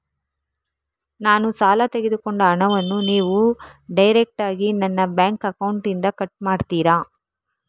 ನಾನು ಸಾಲ ತೆಗೆದುಕೊಂಡ ಹಣವನ್ನು ನೀವು ಡೈರೆಕ್ಟಾಗಿ ನನ್ನ ಬ್ಯಾಂಕ್ ಅಕೌಂಟ್ ಇಂದ ಕಟ್ ಮಾಡ್ತೀರಾ?